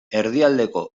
erdialdeko